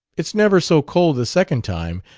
it's never so cold the second time,